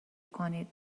کنید